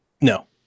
No